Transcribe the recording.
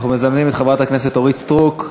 אנחנו מזמנים את חברת הכנסת אורית סטרוק,